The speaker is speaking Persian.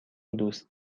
دوست